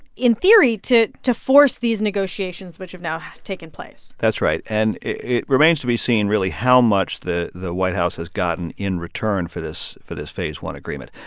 in theory to to force these negotiations, which have now taken place that's right. and it remains to be seen, really, how much the the white house has gotten in return for this for this phase one agreement.